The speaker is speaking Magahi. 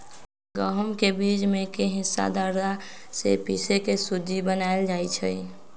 गहुम के बीच में के हिस्सा दर्रा से पिसके सुज्ज़ी बनाएल जाइ छइ